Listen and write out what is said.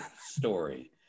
story